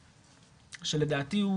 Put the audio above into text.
שלדעתי,